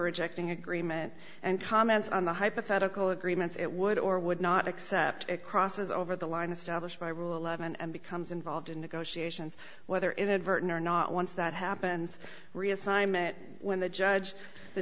rejecting agreement and comments on the hypothetical agreements it would or would not accept it crosses over the line established by rule eleven and becomes involved in negotiations whether inadvertent or not once that happens reassignment when the judge the